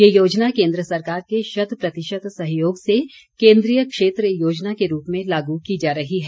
यह योजना केन्द्र सरकार के शत प्रतिशत सहयोग से केन्द्रीय क्षेत्र योजना के रूप लागू की जा रही है